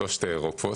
לא שתי "אירופות",